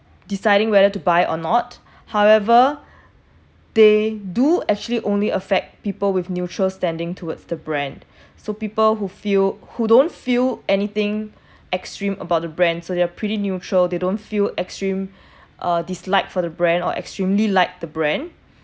deciding whether to buy or not however they do actually only affect people with neutral standing towards the brand so people who feel who don't feel anything extreme about the brand so they're pretty neutral they don't feel extreme uh dislike for the brand or extremely like the brand